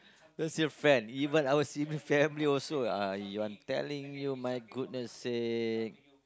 don't steal friends even our sibling family also !aiyo! I'm telling you my goodness sake